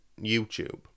YouTube